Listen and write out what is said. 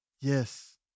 Yes